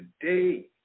today